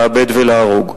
לאבד ולהרוג.